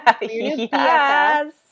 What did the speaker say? yes